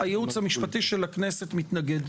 הייעוץ המשפטי של הכנסת מתנגד,